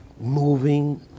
moving